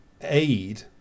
aid